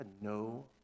no